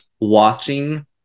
watching